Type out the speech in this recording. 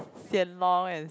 Hsien Loong and